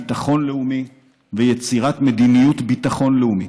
ביטחון לאומי ויצירת מדיניות ביטחון לאומית,